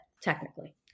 technically